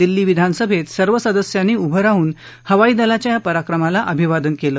दिल्ली विधान सभेत सर्व सदस्यांनी उभं राहून हवाई दलाच्या या पराक्रमाला अभिवादन केलं